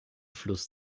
fluss